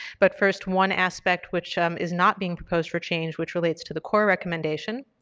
but, first, one aspect which um is not being proposed for change which relates to the core recommendation,